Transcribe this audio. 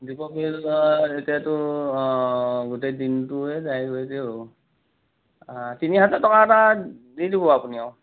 দীপৰ বিল এতিয়াতো অ গোটেই দিনটোৱে যায়গৈতো তিনি হাজাৰ টকা এটা দি দিব আপুনি অ